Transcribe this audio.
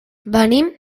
venim